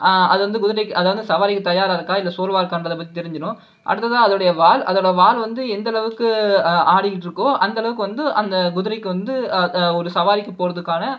அது வந்து குதிரைக்கு அதாவது சவாரிக்கு தயாராக இருக்கா இல்லை சோர்வாக இருக்காநிறத்தை பற்றி தெரிஞ்சுடும் அடுத்ததாக அதோடய வால் அதோடய வால் வந்து எந்த அளவுக்கு ஆடிட்டு இருக்கோ அந்த அளவுக்கு வந்து அந்த குதிரைக்கு வந்து ஒரு சவாரிக்கு போகிறதுக்கான